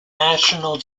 national